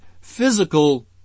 physical